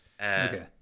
Okay